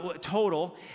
total